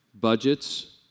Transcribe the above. budgets